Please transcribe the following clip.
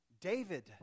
David